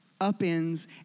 upends